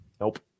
Nope